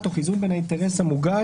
תוך איזון בין האינטרס המוגן,